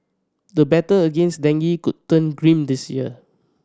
the battle against dengue could turn grim this year